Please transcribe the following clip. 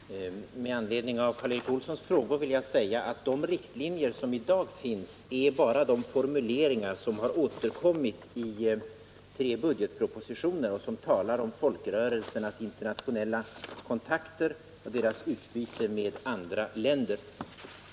Herr talman! Med anledning av Karl Erik Olssons frågor vill jag säga att de riktlinjer som i dag finns är bara de formuleringar som har återkommit i tre budgetpropositioner och som talar om folkrörelsernas internationella kontakter och deras utbyte med andra länder.